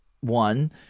one